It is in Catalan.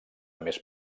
més